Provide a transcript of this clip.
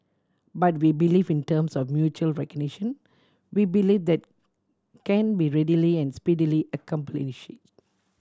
but we believe in terms of mutual recognition we believe that can be readily and speedily accomplished